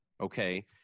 Okay